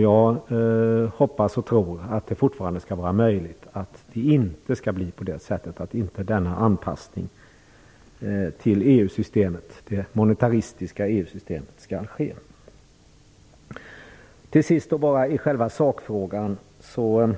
Jag hoppas och tror att det fortfarande skall vara möjligt att en anpassning till det monetaristiska EU-systemet inte skall ske. Till sist vill jag i själva sakfrågan säga